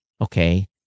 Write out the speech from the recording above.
okay